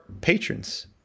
patrons